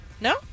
No